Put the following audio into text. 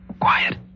Quiet